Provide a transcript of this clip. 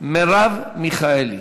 מרב מיכאלי.